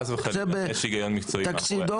תקשיב,